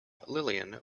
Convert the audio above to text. lillian